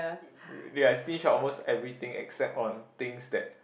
ya I stinge on almost everything except on things that